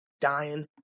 dying